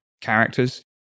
characters